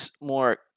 more